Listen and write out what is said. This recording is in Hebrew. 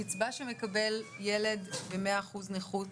הקצבה שמקבל ילד במאה אחוזי נכות,